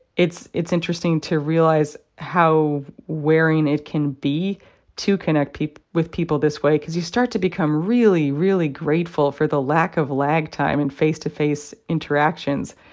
it's it's interesting to realize how wearing it can be to connect with people this way because you start to become really, really grateful for the lack of lag time in face-to-face interactions.